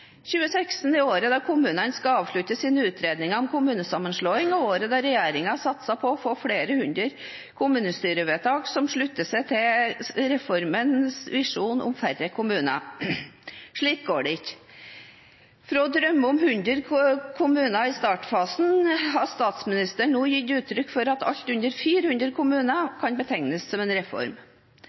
2016 er året da kommunene skal avslutte sine utredninger om kommunesammenslåing og året da regjeringen satser på å få flere hundre kommunestyrevedtak som slutter seg til reformens visjon om færre kommuner. Slik går det ikke. Fra å drømme om 100 kommuner i startfasen, har statsministeren nå gitt uttrykk for at alt under 400 kommuner kan betegnes som en reform.